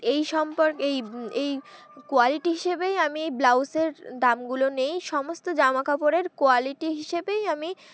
এই সম্পর্কে এই এই কোয়ালিটি হিসেবেই আমি এই ব্লাউজের দামগুলো নেই সমস্ত জামা কাপড়ের কোয়ালিটি হিসেবেই আমি